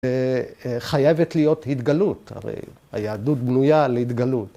‫חייבת להיות התגלות. הרי ‫היהדות בנויה על התגלות.